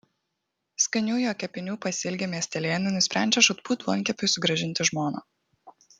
skanių jo kepinių pasiilgę miestelėnai nusprendžia žūtbūt duonkepiui sugrąžinti žmoną